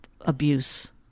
abuse